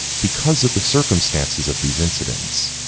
because of the circumstances of these incidents,